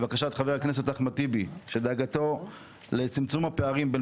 לבקשת חבר הכנסת אחמד טיבי שדאגתו לצמצום הפערים בין